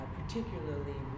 particularly